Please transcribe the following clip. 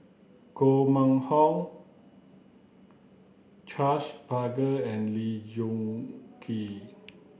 Koh Mun Hong Charles Paglar and Lee Choon Kee